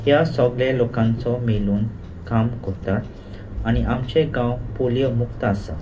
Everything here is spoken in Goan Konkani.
ह्या सोगल्या लोकांचो मेळून काम कोतात आनी आमचे गांव पोलियो मुक्त आसा